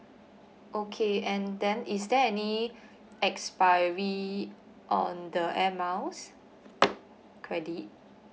okay and then is there any expiry on the Air Miles credit